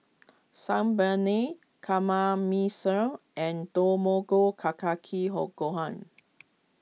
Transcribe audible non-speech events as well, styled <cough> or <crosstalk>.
sun Paneer <unintelligible> and Tamago Ka Kake <unintelligible> Gohan